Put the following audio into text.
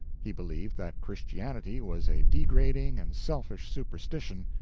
he believed that christianity was a degrading and selfish superstition,